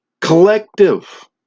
collective